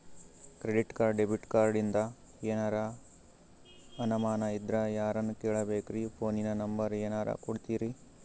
Credit card, debit ಕಾರ್ಡಿಂದ ಏನರ ಅನಮಾನ ಇದ್ರ ಯಾರನ್ ಕೇಳಬೇಕ್ರೀ, ಫೋನಿನ ನಂಬರ ಏನರ ಕೊಡ್ತೀರಿ?